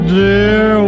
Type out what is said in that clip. dear